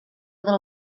del